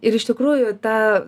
ir iš tikrųjų ta